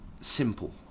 Simple